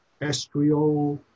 estriol